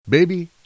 Baby